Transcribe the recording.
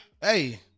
Hey